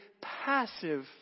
passive